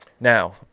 Now